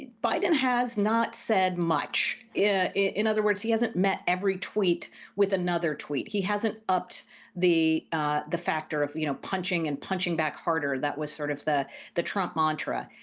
biden has not said much. in other words, he hasn't met every tweet with another tweet. he hasn't upped the the factor of you know punching and punching back harder. that was sort of the the trump mantra.